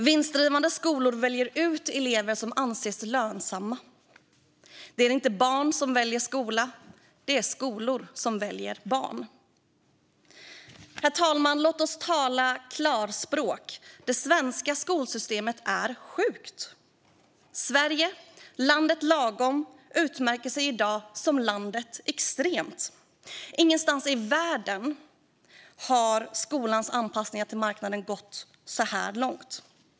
Vinstdrivande skolor väljer ut elever som anses lönsamma. Det är inte barn som väljer skola. Det är skolor som väljer barn. Herr talman! Låt oss tala klarspråk. Det svenska skolsystemet är sjukt. Sverige, landet lagom, utmärker sig i dag som landet extremt. Ingenstans i världen har skolans anpassningar till marknaden gått så långt.